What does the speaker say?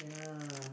yeah